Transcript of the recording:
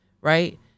right